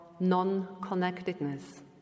non-connectedness